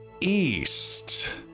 east